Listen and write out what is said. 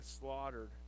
slaughtered